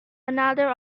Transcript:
another